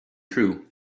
true